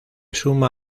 suma